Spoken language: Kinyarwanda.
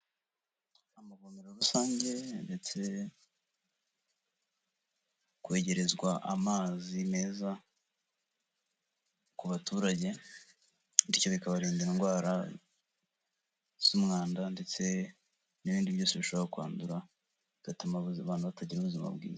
Amavomero rusange ndetse kwegerezwa amazi meza ku baturage bityo bikabarinda indwara z'umwanda ndetse n'ibindi byose birushaho kwandura, bigatuma abantu batagira ubuzima bwiza.